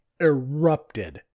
erupted